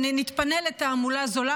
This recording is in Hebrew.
נתפנה לתעמולה זולה.